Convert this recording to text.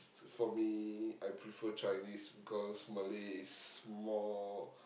for me I prefer Chinese because Malay is more